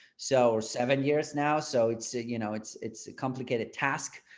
so seven years now. so it's a you know, it's it's a complicated task,